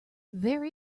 there